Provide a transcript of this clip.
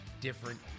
different